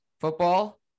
football